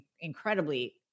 incredibly